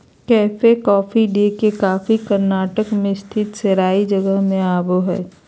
cafe Coffee Day के coffee Karnataka मे स्थित सेराई जगह से आवो हय